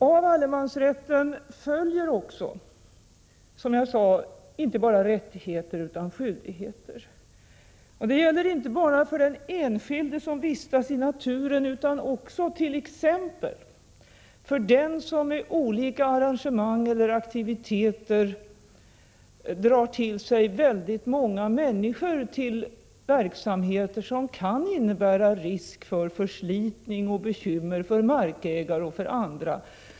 Av allemansrätten följer inte bara rättigheter utan också skyldigheter. Det gäller inte bara för den enskilde som vistas i naturen utan också t.ex. för den som genom olika arrangemang och aktiviteter drar väldigt många människor till verksamheter som kan innebära en risk för förslitning av naturen och bekymmer för markägare och andra.